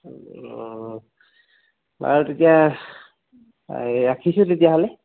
অঁ বাৰু তেতিয়া এই ৰাখিছোঁ তেতিয়াহ'লে